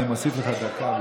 אני מוסיף לך דקה על